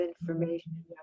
information